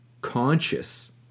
conscious